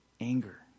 anger